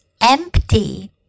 Empty